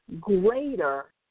greater